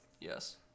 yes